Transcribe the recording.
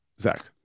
zach